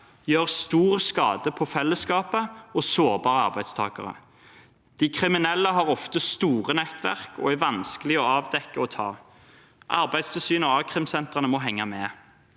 gjør stor skade på fellesskapet og sårbare arbeidstakere. De kriminelle har ofte store nettverk og er vanskelig å avdekke og ta. Arbeidstilsynet og a-krimsentrene må henge med.